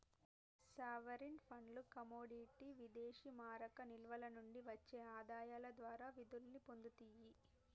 sovereign ఫండ్లు commodity విదేశీమారక నిల్వల నుండి వచ్చే ఆదాయాల ద్వారా నిధుల్ని పొందుతియ్యి